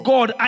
God